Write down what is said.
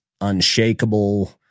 unshakable